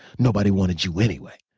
nobody wanted you anyway.